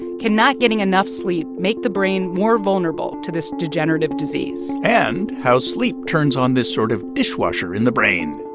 can not getting enough sleep make the brain more vulnerable to this degenerative disease? and how sleep turns on this sort of dishwasher in the brain